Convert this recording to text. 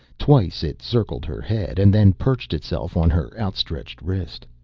twice it circled her head and then perched itself on her outstretched wrist.